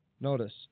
notice